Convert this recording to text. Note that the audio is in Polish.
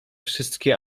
wszystkie